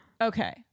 okay